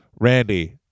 Randy